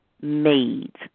made